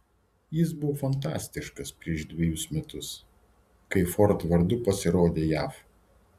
jis buvo fantastiškas prieš dvejus metus kai ford vardu pasirodė jav